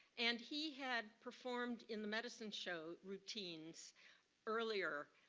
and he had performed in the medicine show routines earlier